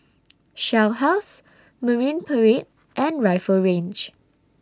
Shell House Marine Parade and Rifle Range